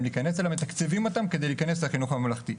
להיכנס אלא מתקצבים אותן כדי להיכנס לחינוך הממלכתי,